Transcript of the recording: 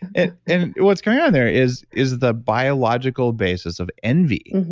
and and what's going on there is is the biological basis of envy.